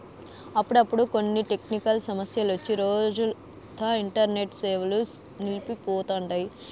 అప్పుడప్పుడు కొన్ని టెక్నికల్ సమస్యలొచ్చి రోజంతా ఇంటర్నెట్ సేవలు నిల్సి పోతండాయి